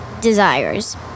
Desires